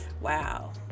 Wow